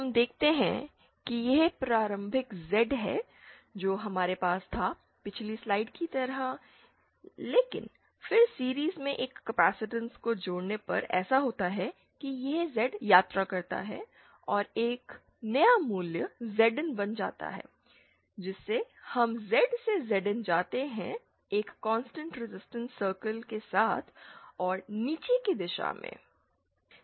हम देखते हैं कि यह प्रारंभिक Z है जो हमारे पास था पिछली स्लाइड की तरह लेकिन फिर सीरिज़ में एक कैपेसिटेंस को जोड़ने पर ऐसा होता है कि यह Z यात्रा करता है और एक नया मूल्य Zin बन जाता है जिससे हम Z से Zin जाते हैं एक कांस्टेंट रेजिस्टेंस सर्कल के साथ और नीचे की दिशा में है